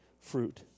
fruit